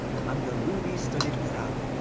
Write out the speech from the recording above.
and the ruby-studded crown,